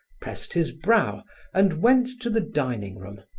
pressed his brow and went to the dining room,